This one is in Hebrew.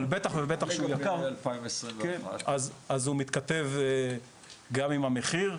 אבל בטח ובטח שהוא יקר, אז הוא מתכתב גם עם המחיר.